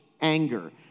anger